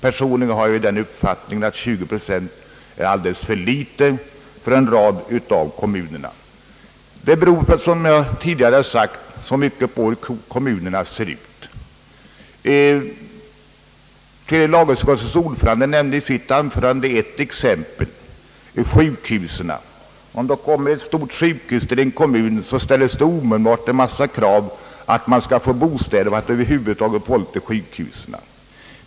Personligen har jag den uppfattningen att 20 procent är alldeles för litet för en rad av dessa kommuner. Det beror, såsom jag tidi gare framhållit, mycket på hur kommunerna är beskaffade. Tredje lagutskottets ordförande nämnde i sitt anförande ett exempel, nämligen förekomsten av sjukhus. Om det förläggs ett stort sjukhus till en kommun, ställs det omedelbart en mängd krav på att bostäder skall ställas till förfogande för att få folk till sjukhuset.